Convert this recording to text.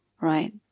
right